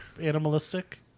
animalistic